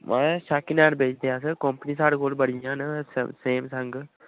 महाराज second hand बेचदे अस कोम्पनी साढ़े कोल बड़ियां न सैम सेमसंग